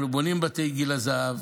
אנחנו בונים בתי גיל הזהב,